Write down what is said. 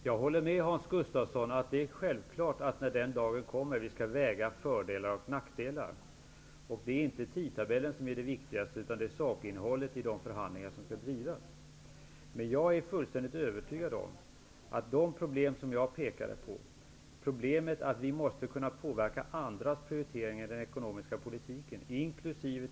Herr talman! Jag håller med Hans Gustafsson om att det är självklart, när den dagen kommer, att vi skall väga fördelar och nackdelar. Det är inte tidtabellen som är det viktigaste, utan det är sakinnehållet i de förhandlingar som skall föras. Jag har pekat på problemet att vi måste kunna påverka andras prioriteringar i den ekonomiska politiken, inkl.